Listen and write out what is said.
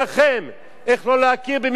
איך לא להכיר במבחני סאלד.